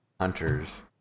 hunters